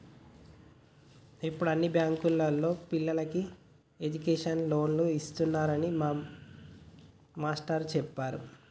యిప్పుడు అన్ని బ్యేంకుల్లోనూ పిల్లలకి ఎడ్డుకేషన్ లోన్లు ఇత్తన్నారని మా మేష్టారు జెప్పిర్రు